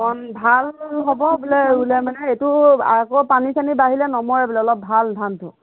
অকণ ভাল হ'ব বোলে ৰুলে মানে এইটো আকৌ পানী চানী বাঢ়িলে নমৰে বোলে অলপ ভাল ধানটো